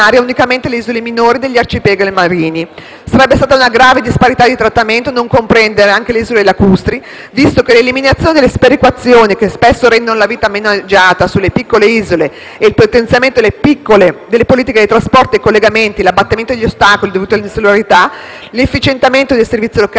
Sarebbe stata una grave disparità di trattamento non comprendere anche le isole lacustri, visto che l'eliminazione delle sperequazioni che spesso rendono la vita meno agiata sulle piccole isole e il potenziamento delle politiche dei trasporti e dei collegamenti, l'abbattimento degli ostacoli dovuti all'insularità, l'efficientamento dei servizi locali, la valorizzazione delle bellezze naturali